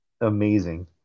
Amazing